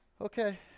Okay